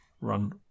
run